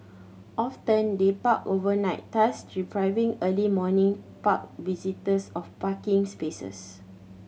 often they park overnight thus depriving early morning park visitors of parking spaces